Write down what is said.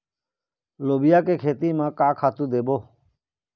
लोबिया के खेती म का खातू देबो?